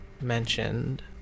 mentioned